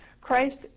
Christ